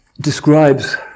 describes